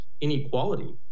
inequality